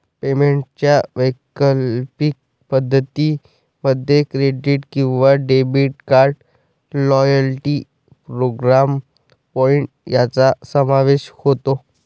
पेमेंटच्या वैकल्पिक पद्धतीं मध्ये क्रेडिट किंवा debit card, loyalty programme point यांचा समावेश होतो